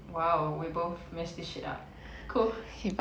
!wow! we both mess this shit up cool